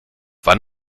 wann